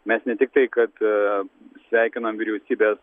mes ne tiktai kad sveikiname vyriausybės